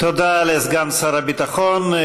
תודה לסגן שר הביטחון.